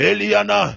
Eliana